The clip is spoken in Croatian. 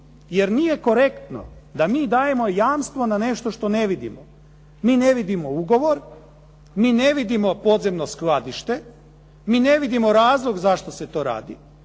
Jer nije korektno da mi dajemo jamstvo na nešto što ne vidimo. Mi ne vidimo ugovor, mi ne vidimo podzemno skladište, mi ne vidimo razlog zašto se to radi,